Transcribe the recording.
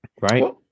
Right